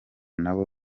nabo